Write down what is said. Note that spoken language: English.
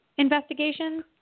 investigation